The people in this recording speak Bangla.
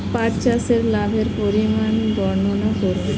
পাঠ চাষের লাভের পরিমান বর্ননা করুন?